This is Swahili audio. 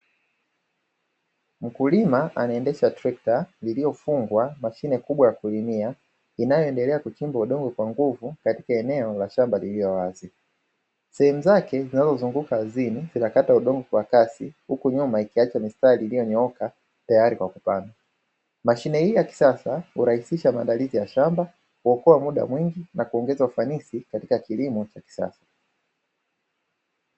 Mkulima anaendesha trekta, lililofungwa mashine kubwa ya kulimia inayoendelea kuchimba udongo kwa nguvu katika eneo la shamba lililo wazi. Sehemu zake zinazozunguka ardhini zinakata udongo kwa kasi, a huku nyuma ikiacha mistari iliyonyooka tayari kwa kupandwa. Mashine hii ya kisasa hurahisisha maandalizi ya shamba, huokoa muda mwingi na kuongeza ufanisi katika kilimo cha kisasa.